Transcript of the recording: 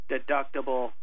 Deductible